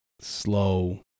slow